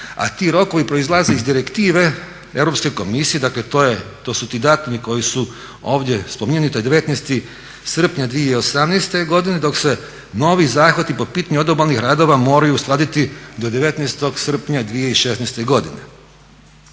a ti rokovi proizlaze iz Direktive Europske komisije dakle to su ti datumi koji su ovdje spominjani, to je 19. srpnja 2018. godine, dok se novi zahvati po pitanju odobalnih radova moraju uskladiti do 19. srpnja 2016. godine.